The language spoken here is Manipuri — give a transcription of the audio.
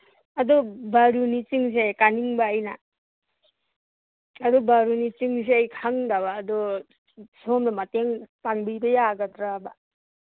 ꯑꯗꯨ ꯕꯥꯔꯨꯅꯤ ꯆꯤꯡꯁꯦ ꯀꯥꯅꯤꯡꯕ ꯑꯩꯅ ꯑꯗꯨ ꯕꯥꯔꯨꯅꯤ ꯆꯤꯡꯁꯦ ꯑꯩ ꯈꯪꯗꯕ ꯑꯗꯨ ꯁꯣꯝꯅ ꯃꯇꯦꯡ ꯄꯥꯡꯕꯤꯕ ꯌꯥꯒꯗ꯭ꯔꯥ